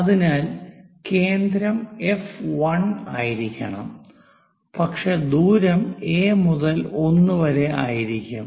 അതിനാൽ കേന്ദ്രം എഫ് 1 ആയിരിക്കണം പക്ഷേ ദൂരം എ മുതൽ 1 വരെ ആയിരിക്കും